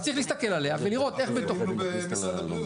אז צריך להסתכל עליה ולראות איך ------ במשרד הבריאות.